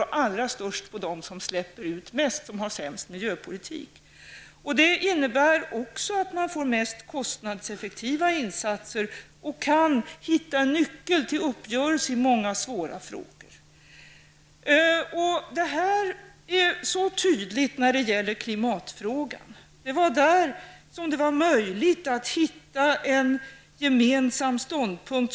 De allra största kraven ställs på dem som släpper ut mest och har sämst miljöpolitik. Det innebär också att man får de mest kostnadseffektiva insatserna och kan hitta en nyckel till uppgörelser i många svåra frågor. Detta är tydligt när det gäller klimatfrågan. Det var där som det var möjligt att hitta en gemensam ståndpunkt.